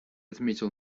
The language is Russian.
отметил